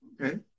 Okay